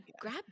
grab